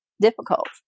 difficult